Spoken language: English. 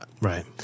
Right